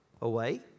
away